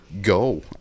go